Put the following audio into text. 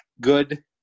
good